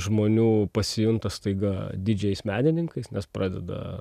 žmonių pasijunta staiga didžiais menininkais nes pradeda